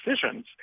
decisions